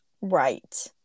right